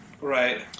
Right